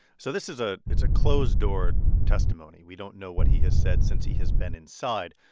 so this is a it's a closed-door testimony. we don't know what he has said since he has been inside.